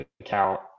account